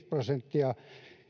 prosenttia